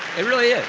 it really